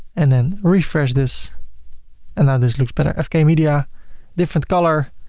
and then refresh this and now this looks better. fk media different color,